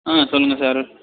ஆ சொல்லுங்கள் சார்